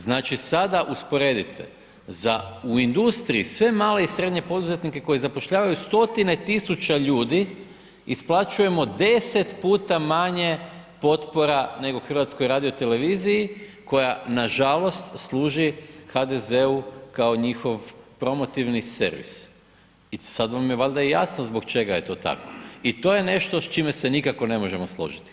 Znači, sada usporedite za u industriji, sve male i srednje poduzetnike koji zapošljavaju stotine tisuća ljudi isplaćujemo 10 puta manje potpora nego HRT-u koja nažalost služi HDZ-u kao njihov promotivni servis i sad vam je valda i jasno zbog čega je to tako i to je nešto s čime se nikako ne možemo složiti.